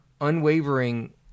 unwavering